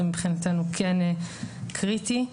זה מבחינתנו כן קריטי.